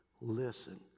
listen